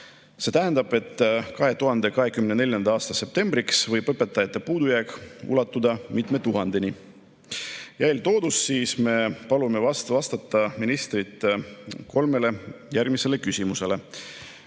See tähendab, et 2024. aasta septembriks võib õpetajate puudujääk ulatuda mitme tuhandeni. Eeltoodu tõttu palume ministril vastata kolmele järgmisele küsimusele.